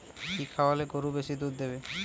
কি খাওয়ালে গরু বেশি দুধ দেবে?